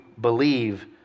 believe